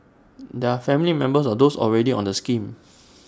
they are family members of those already on the scheme